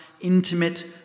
intimate